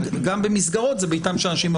גם במסגרות זה ביתם של אנשים,